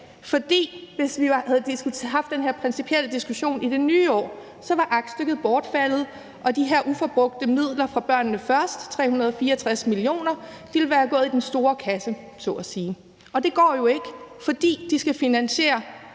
hvis vi havde haft den her principielle diskussion i det nye år, var bortfaldet, og de her ubrugte midler fra »Børnene Først« – 364 mio. kr. – ville være gået i den store kasse så at sige, fordi de skal finansiere